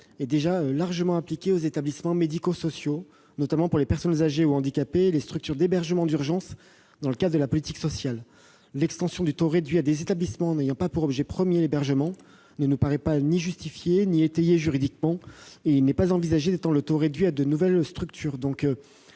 est déjà largement appliqué aux établissements médico-sociaux, notamment pour les personnes âgées ou handicapées, les structures d'hébergement d'urgence dans le cadre de la politique sociale. L'extension de ce taux réduit à des établissements n'ayant pas l'hébergement pour objet premier ne nous paraît ni justifiée ni étayée juridiquement. Il n'est pas envisagé de l'étendre à de nouvelles structures.